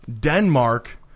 Denmark